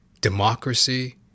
democracy